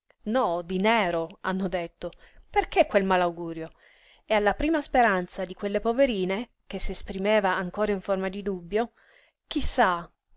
no di nero hanno detto perché quel malaugurio e alla prima speranza di quelle poverine che s'esprimeva ancora in forma di dubbio